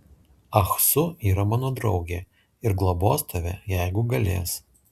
ah su yra mano draugė ir globos tave jeigu galės